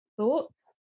Thoughts